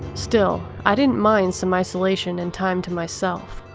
still, i didn't mind some isolation and time to myself.